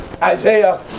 Isaiah